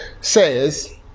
says